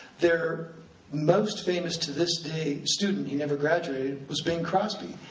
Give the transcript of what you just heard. their most famous, to this day, student, he never graduated, was bing crosby,